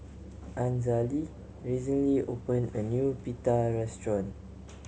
Azalee recently opened a new Pita restaurant